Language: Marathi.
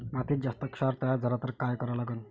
मातीत जास्त क्षार तयार झाला तर काय करा लागन?